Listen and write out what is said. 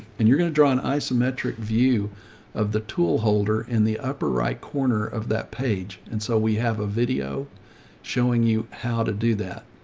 and you're going to draw an isometric view of the tool holder in the upper right corner of that page. and so we have a video showing you how to do that.